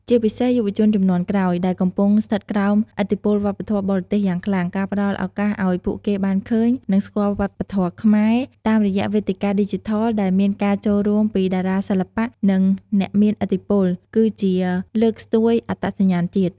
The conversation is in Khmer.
ជាពិសេសយុវជនជំនាន់ក្រោយ ដែលកំពុងស្ថិតក្រោមឥទ្ធិពលវប្បធម៌បរទេសយ៉ាងខ្លាំង ការផ្តល់ឱកាសឲ្យពួកគេបានឃើញ និងស្គាល់វប្បធម៌ខ្មែរតាមរយៈវេទិកាឌីជីថល ដែលមានការចូលរួមពីតារាសិល្បៈ និងអ្នកមានឥទ្ធិពល គឺជាលើកស្ទួយអត្តសញ្ញាណជាតិ។